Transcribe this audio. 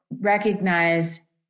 recognize